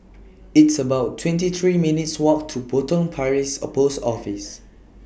It's about twenty three minutes' Walk to Potong Paris A Post Office